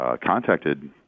contacted